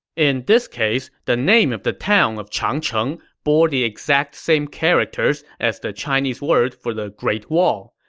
in this case, the name of the town of changcheng bore the exact same characters as the chinese word for the great wall.